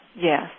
Yes